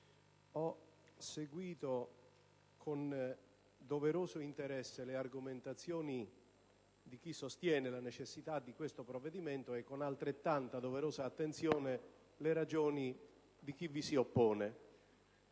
ho seguito con doveroso interesse le argomentazioni di chi sostiene la necessità di questo provvedimento e con altrettanta doverosa attenzione le ragioni di chi vi si oppone,